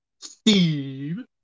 Steve